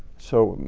so